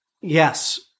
Yes